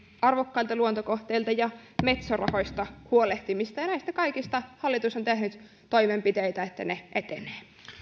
arvokkaista luontokohteista ja metso rahoista huolehtimista ja näistä kaikista hallitus on tehnyt toimenpiteitä että ne etenevät